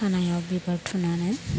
खानाइयाव बिबार थुनानै